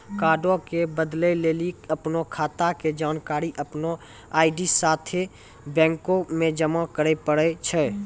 कार्डो के बदलै लेली अपनो खाता के जानकारी अपनो आई.डी साथे बैंको मे जमा करै पड़ै छै